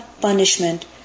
punishment